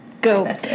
Go